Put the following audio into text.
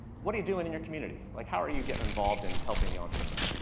what are you doing in your community? like how are you getting involved in helping the entrepreneurs?